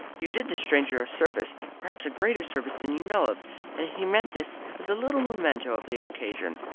you did this stranger a service perhaps a greater service than you know of and he meant this as a little memento of the occasion.